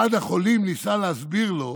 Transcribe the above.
אחד החולים ניסה להסביר לו: